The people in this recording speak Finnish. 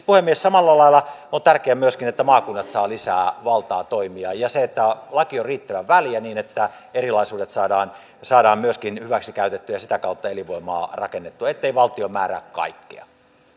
puhemies samalla lailla on tärkeää myöskin että maakunnat saavat lisää valtaa toimia ja se että laki on riittävän väljä niin että erilaisuudet saadaan saadaan myöskin hyväksikäytettyä ja sitä kautta elinvoimaa rakennettua ettei valtio määrää kaikkea